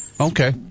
Okay